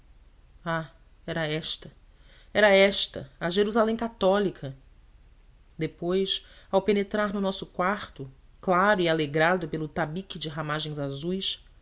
ah era esta era esta a jerusalém católica depois ao penetrar no nosso quarto claro e alegrado pelo tabique de ramagens azuis